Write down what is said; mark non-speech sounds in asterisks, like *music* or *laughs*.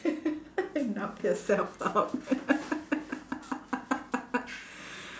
*laughs* knock yourself out